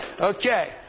Okay